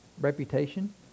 reputation